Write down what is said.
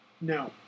No